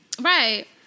Right